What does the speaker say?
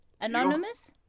Anonymous